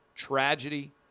tragedy